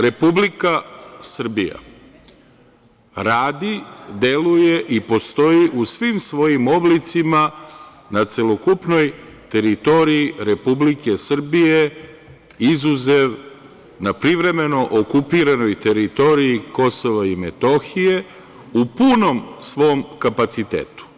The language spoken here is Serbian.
Republika Srbija radi, deluje i postoji u svim svojim oblicima, na celokupnoj teritoriji Republike Srbije, izuzev na privremeno okupiranoj teritoriji KiM, u punom svom kapacitetu.